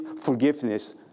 forgiveness